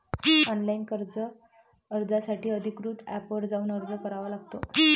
online कर्ज अर्जासाठी अधिकृत एपवर जाऊन अर्ज करावा लागतो